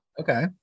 okay